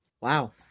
Wow